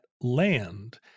land